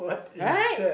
right